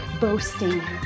boasting